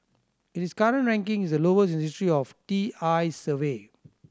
its current ranking is the lowest in the history of T I's survey